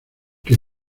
que